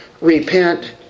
repent